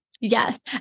Yes